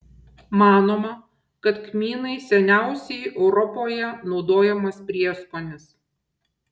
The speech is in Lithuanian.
manoma kad kmynai seniausiai europoje naudojamas prieskonis